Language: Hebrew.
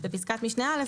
בפסקת משנה (א),